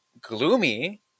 gloomy